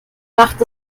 macht